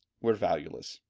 were valueless.